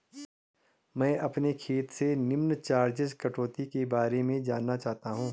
मैं अपने खाते से निम्न चार्जिज़ कटौती के बारे में जानना चाहता हूँ?